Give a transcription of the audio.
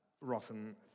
rotten